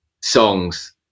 songs